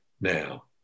now